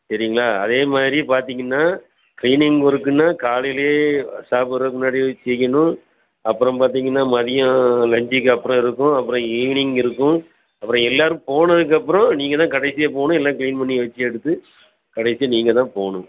சரிங்களா அதேமாதிரி பார்த்திங்கன்னா க்ளீனிங் ஒர்க்குனால் காலையிலே சாப்பிட்றதுக்கு முன்னாடியே செய்யணும் அப்புறம் பார்த்திங்கன்னா மதியம் லன்ச்சுக்கு அப்புறம் இருக்கும் அப்புறம் ஈவினிங் இருக்கும் அப்புறம் எல்லோரும் போனதுக்கு அப்புறம் நீங்கள் தான் கடைசியாக போகணும் எல்லாம் க்ளீன் பண்ணி வச்சு எடுத்து கடைசியாக நீங்கள் தான் போகணும்